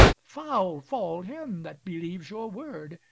foul fall him that believes your word,